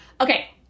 Okay